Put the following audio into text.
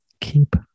Keep